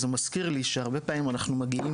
זה מזכיר לי שהרבה פעמים אנחנו מגיעים